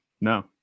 No